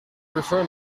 prefer